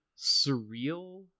surreal